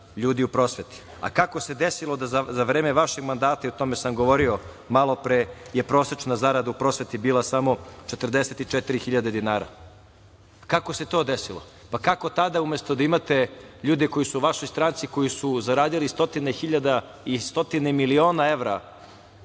ljudi u prosveti, a kako se desilo da za vreme vašeg mandata, i o tome sam govorio malopre, je prosečna zarada u prosveti bila samo 44.000 dinara? Kako se to desilo? Kako tada umesto da imate ljude koji su u vašoj stranci koji su zaradili stotine hiljada i stotine miliona evra